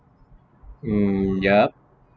um yup